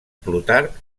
plutarc